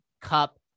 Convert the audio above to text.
Cup